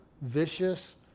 vicious